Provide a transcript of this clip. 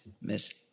Miss